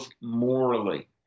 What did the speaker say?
morally